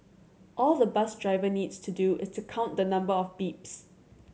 all the bus driver needs to do is to count the number of beeps